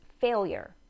failure